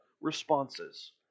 responses